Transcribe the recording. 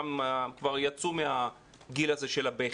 שם כבר יצאו מהגיל הזה של הבכי,